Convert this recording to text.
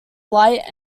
light